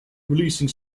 releasing